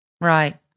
Right